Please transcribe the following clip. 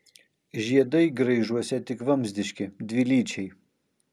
žiedai graižuose tik vamzdiški dvilyčiai